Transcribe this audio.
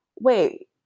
wait